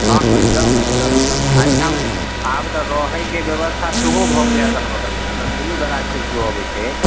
हँ एगदम एगदम एगदम एहिठाम आब तऽ रहैके बेबस्था सेहो भऽ गेलै अगल बगलमे अगर दूरदराजसे केओ आबै छै